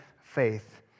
faith